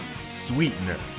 Sweetener